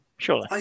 Surely